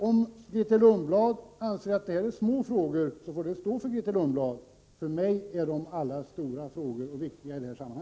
Om Grethe Lundblad anser att dessa frågor är obetydliga, får det stå för henne. För mig är alla dessa frågor stora och viktiga.